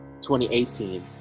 2018